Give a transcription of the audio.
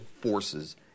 forces